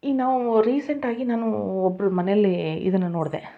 ಈ ನಾವೂ ರೀಸೆಂಟಾಗಿ ನಾನೂ ಒಬ್ರ ಮನೆಯಲ್ಲೀ ಇದನ್ನು ನೋಡಿದೆ